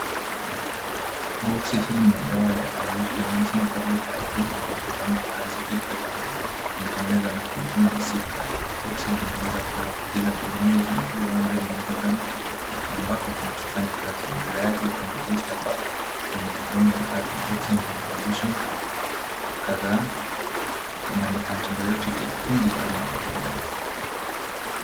Boksi hii ni ya dawa ya Azithromycin tablets IP maarufu kama Azikipre. Imetengenezwa na kampuni ya Cipla. Boksi linaeleza kuwa kila kidonge kina 500 mg ya kiambato kinachofanya kazi na mbele yake kuna blister pack yenye vidonge vitatu. Boksi lina maandishi kadhaa na ni antibiotic ya kundi la macrolide.